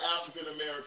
African-American